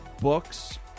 books